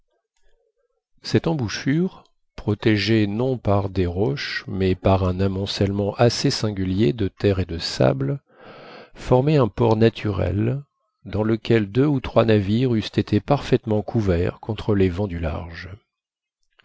cette embouchure protégée non par des roches mais par un amoncellement assez singulier de terre et de sable formait un port naturel dans lequel deux ou trois navires eussent été parfaitement couverts contre les vents du large